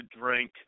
drink